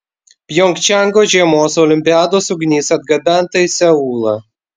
pjongčango žiemos olimpiados ugnis atgabenta į seulą